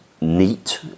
neat